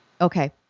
Okay